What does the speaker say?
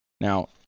Now